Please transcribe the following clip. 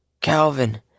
Calvin